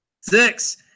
six